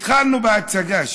התחלנו בהצגה.